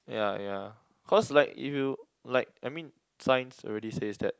ya ya cause like if you like I mean science already says that